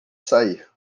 sair